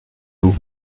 vous